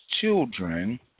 children